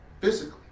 physically